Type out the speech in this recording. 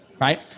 Right